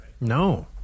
No